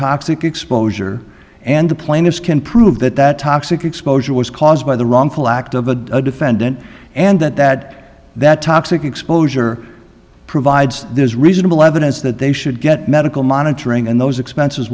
toxic exposure and the plaintiffs can prove that that toxic exposure was caused by the wrongful act of a defendant and that that that toxic exposure provides there's reasonable evidence that they should get medical monitoring and those expenses